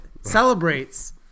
Celebrates